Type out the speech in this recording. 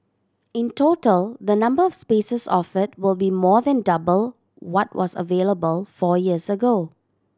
in total the number of spaces offered will be more than double what was available four years ago